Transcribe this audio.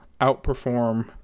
outperform